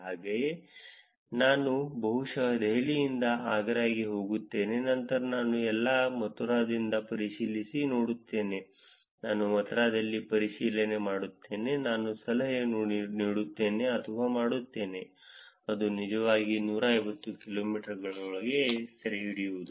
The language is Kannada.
ಹಾಗಾಗಿ ನಾನು ಬಹುಶಃ ದೆಹಲಿಯಿಂದ ಆಗ್ರಾಕ್ಕೆ ಹೋಗುತ್ತೇನೆ ನಂತರ ನಾನು ಎಲ್ಲಾ ಮಥುರಾದಲ್ಲಿ ಪರಿಶೀಲಿಸಿ ನೋಡುತ್ತೇನೆ ನಾನು ಮಥುರಾದಲ್ಲಿ ಪರಿಶೀಲನೆ ಮಾಡುತ್ತೇನೆ ನಾನು ಸಲಹೆ ನೀಡುತ್ತೇನೆ ಅಥವಾ ಮಾಡುತ್ತೇನೆ ಅದು ನಿಜವಾಗಿ 150 ಕಿಲೋಮೀಟರ್ಗಳೊಳಗೆ ಸೆರೆಹಿಡಿಯುವುದು